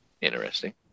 Interesting